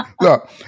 Look